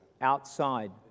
Outside